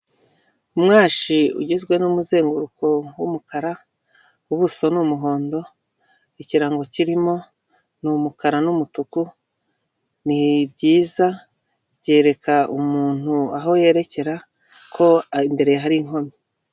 Umwashi ugizwe n'umuzenguruko w'umukara, ubuso ni umuhondo, ikirango kirimo ni umukara n'umutuku ; ni byiza byereka umuntu aho yerekera, ko aho imbere hari inkomyi.